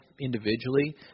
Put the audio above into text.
individually